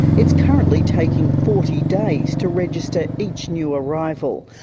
it's currently taking forty days to register each new arrival.